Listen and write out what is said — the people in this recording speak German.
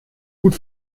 gut